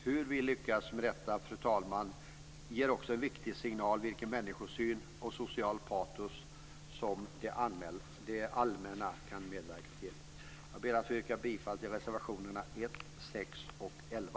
Hur vi lyckas med detta ger också en viktig signal om vilken människosyn och vilket socialt patos som det allmänna kan medverka till. Jag vill yrka bifall till reservationerna 1, 6 och 11.